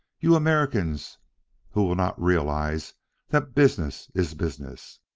you americans who will not realize that business is business!